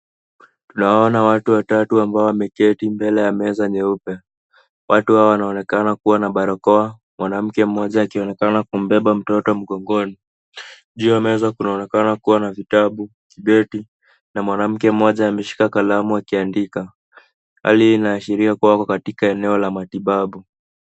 Tunaona watu watatu ambao wameketi mbele ya meza nyeupe. Watu hawa wanaonekana kuwa na barakoa, mwanamke mmoja akionekana kumbeba mtoto mgongoni. Juu ya meza kunaonekana kuwa na vitabu, vibeti na mwanamke mmoja ameshika kalamu akiandika. Hali hii inaashiria kuwa ako katika eneo la matibabu.